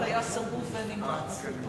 אבל היה סירוב נמרץ.